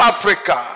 Africa